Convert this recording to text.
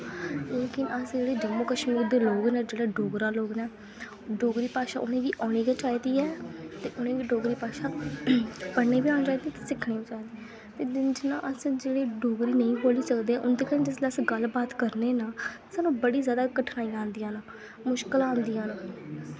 एह् कि अस जेह्ड़े जम्मू कश्मीर दे लोग न जेह्ड़े डोगरा लोग न डोगरी भाशा उ'नें गी औनी गै चाहिदी ऐ ते उ'नें गी डोगरी भाशा पढ़नी बी औनी चाहिदी ते सिक्खनी बी चाहिदी ते जि'यां अस जेह्ड़ी डोगरी नेईं बोल्ली सकदे उं'दै कन्नै अस जिस बेल्लै गल्ल बात करने न सानूं बड़ी जैदा कठिनाइयां आंदियां न मुश्कलां आंदियां न